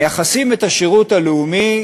מייחסים את השירות הלאומי